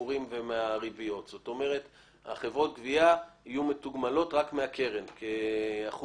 על חוב של עד 5,000 שקלים, כמה הייתה העמלה?